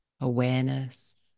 awareness